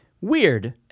Weird